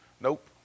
Nope